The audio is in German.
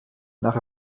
nach